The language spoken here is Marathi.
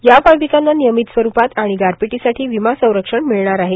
या फळपिकांना नियमित स्वरूपात आणि गारपीटीसाठी विमा संरक्षण मिळणार आहे